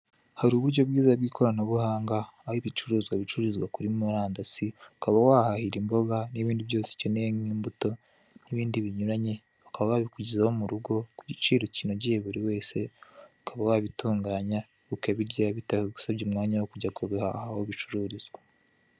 Hari uburyo bwiza bw'ikoranabuhanga, aho ibicuruzwa bicururizwa kuri Murandasi, ukaba wahahira imboga n'ibindi byose ukeneye nk'imbuto, n'ibindi binyuranye bakaba babikugezaho mu rugo, ku giciro kinogeye buri wese ukaba wabitunganya ukabirya bitagusabye umwanya wo kujya kubihaha aho bicururizwa.